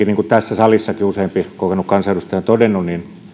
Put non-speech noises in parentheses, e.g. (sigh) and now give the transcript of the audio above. (unintelligible) niin kuin tässä salissa useampikin kokenut kansanedustaja on todennut